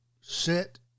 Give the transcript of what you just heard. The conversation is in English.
sit